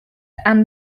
anne